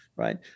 right